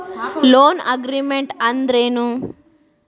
Loan agreement ಅಂದ್ರೇನು?